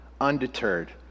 undeterred